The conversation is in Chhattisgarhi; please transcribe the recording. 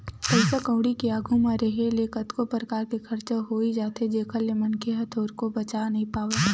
पइसा कउड़ी के आघू म रेहे ले कतको परकार के खरचा होई जाथे जेखर ले मनखे ह थोरको बचा नइ पावय